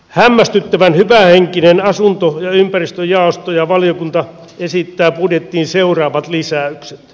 hämmästyttävän hyvähenkinen asunto ja ympäristöjaosto ja valiokunta esittää budjettiin seuraavat lisäykset